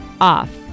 off